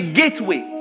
gateway